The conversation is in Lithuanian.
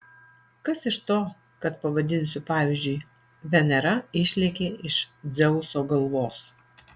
kas iš to kad pavadinsiu pavyzdžiui venera išlėkė iš dzeuso galvos